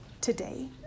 today